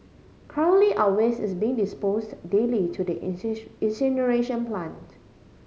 currently our waste is being disposed daily to the incineration plant